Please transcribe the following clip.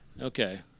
okay